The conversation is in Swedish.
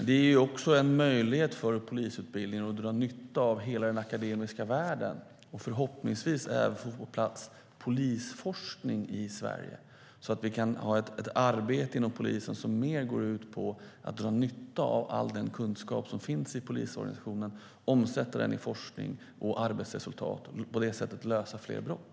Det ger också en möjlighet för polisutbildningen att dra nytta av hela den akademiska världen och förhoppningsvis även få på plats polisforskning i Sverige, så att man i arbetet inom polisen mer kan dra nytta av all den kunskap som finns i polisorganisationen, omsätta den i forskning och arbetsresultat och på det sättet lösa fler brott.